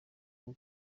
bwo